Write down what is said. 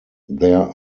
there